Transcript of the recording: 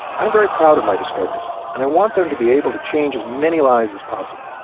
i'm very proud of my discoveries, and i want them to be able to change as many lives as possible.